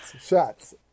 Shots